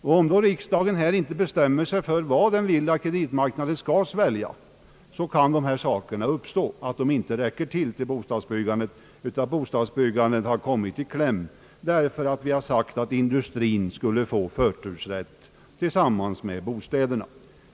Om då riksdagen inte bestämmer sig för vad den vill att kreditmarknaden skall svälja, kan den situationen uppstå, att medlen inte räcker till för bostadsbyggandet utan att detta kommer i kläm därför att vi har sagt att industrien skulle få förtur tillsammans med bostäderna.